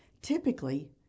Typically